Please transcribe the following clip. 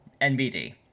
NBD